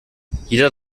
jeder